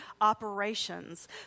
operations